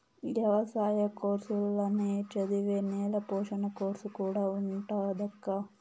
ఎవసాయ కోర్సుల్ల నే చదివే నేల పోషణ కోర్సు కూడా ఉండాదక్కా